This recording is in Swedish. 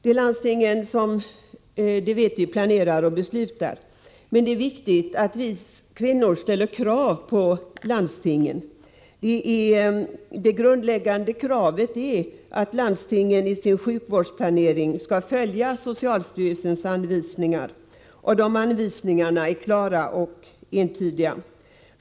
Det är landstingen som, det vet vi, planerar och beslutar — men det är viktigt att vi kvinnor ställer krav på landstingen. Det grundläggande kravet är att landstingen i sin sjukvårdsplanering skall följa socialstyrelsens anvisningar. Dessa anvisningar är klara och entydiga.